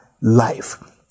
life